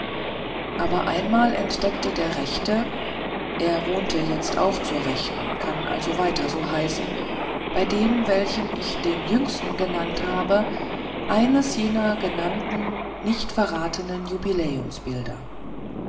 aber einmal entdeckte der rechte er wohnte jetzt auch zur rechten kann also weiter so heißen bei dem welchen ich den jüngsten genannt habe eines jener genannten nicht verratenen